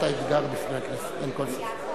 הכנסת.